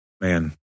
Man